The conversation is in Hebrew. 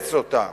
לגייס אותה.